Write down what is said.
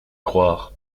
croire